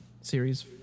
series